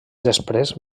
després